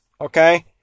okay